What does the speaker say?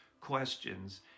questions